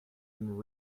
and